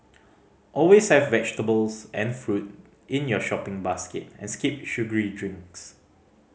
always have vegetables and fruit in your shopping basket and skip sugary drinks